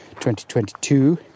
2022